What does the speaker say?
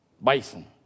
Bison